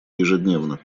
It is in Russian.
ежедневно